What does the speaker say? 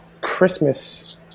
Christmas